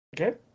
Okay